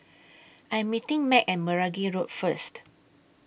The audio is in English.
I Am meeting Mack At Meragi Road First